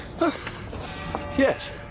Yes